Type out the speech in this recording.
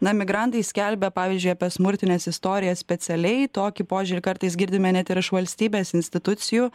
na migrantai skelbia pavyzdžiui apie smurtines istorijas specialiai tokį požiūrį kartais girdime net ir iš valstybės institucijų